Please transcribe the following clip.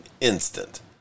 instant